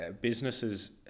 businesses